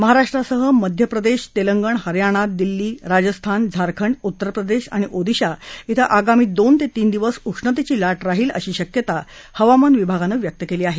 महाराष्ट्रासह मध्यप्रदेश तेलंगण हरयाना दिल्ली राजस्थान झारखंड उत्तरप्रदेश आणि ओदिशा डें आगामी दोन ते तीन दिवस उष्णतेची लाट राहील अशी शक्यता हवामान विभागानं व्यक्त केली आहे